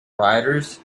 writers